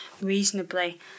reasonably